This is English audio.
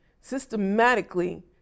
systematically